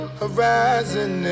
horizon